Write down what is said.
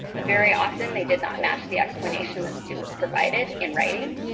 very often they did not match the explanation that students provided in writing.